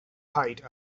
height